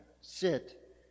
sit